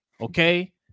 okay